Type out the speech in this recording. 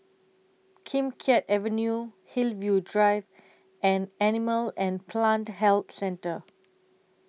Kim Keat Avenue Hillview Drive and Animal and Plant Health Centre